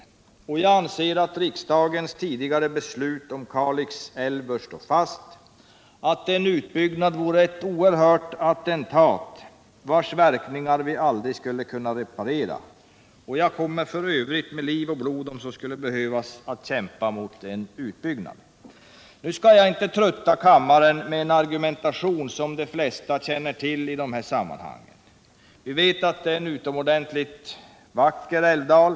Jag anser att riksdagens tidigare beslut om Kalix älv bör stå fast och att en utbyggnad vore ett oerhört attentat, vars verkningar vi aldrig skulle kunna reparera. Jag kommer — med liv och blod, om så skulle behövas - att kämpa mot en utbyggnad. Jag skall inte trötta kammaren med en argumentation, som de flesta känner till i de här sammanhangen. Vi vet att det är en utomordentligt vacker älvdal.